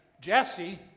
Jesse